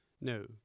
No